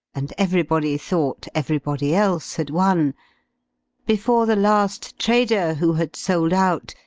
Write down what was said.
and everybody thought everybody else had won before the last trader, who had sold out,